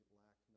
lack